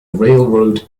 railroad